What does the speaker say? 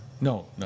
No